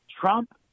Trump